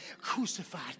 crucified